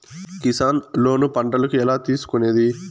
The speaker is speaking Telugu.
కిసాన్ లోను పంటలకు ఎలా తీసుకొనేది?